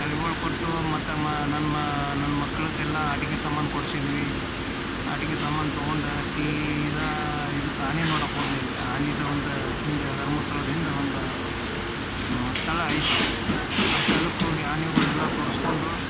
ತಲೆ ಬೋಳು ಕೊಟ್ಟು ಮತ್ತು ಮಾ ನನ್ನ ಮಾ ನನ್ನ ಮಕ್ಕಳಿಗೆಲ್ಲ ಆಟಿಕೆ ಸಾಮಾನು ಕೊಡ್ಸಿದ್ವಿ ಆಟಿಕೆ ಸಾಮಾನು ತೊಗೊಂಡು ಸೀದಾ ಇದಕ್ಕೆ ಆನೆ ನೋಡಕ್ಕ ಹೋದ್ವಿ ಅಲ್ಲಿ ಆನಿದು ಒಂದು ಹಿಂದೆ ಧರ್ಮಸ್ಥಳದ ಹಿಂದೆ ಒಂದು ಸ್ಥಳ ಐತಿ ಆ ಸ್ತಳಕ್ಕೆ ಹೋಗಿ ಆನೆಗಳೆಲ್ಲ ತೋರಿಸ್ಕೊಂಡು